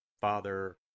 Father